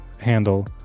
handle